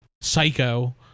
psycho